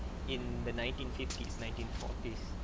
in the nineteen fifties nineteen forties